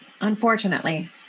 Unfortunately